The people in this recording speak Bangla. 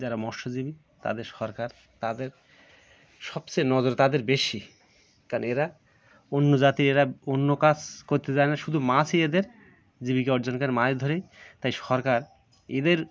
যারা মৎস্যজীবী তাদের সরকার তাদের সবচেয়ে নজর তাদের বেশি কারণ এরা অন্য জাতির এরা অন্য কাজ করতে জানে না শুধু মাছই এদের জীবিকা অর্জন করে মাছ ধরেই তাই সরকার এদের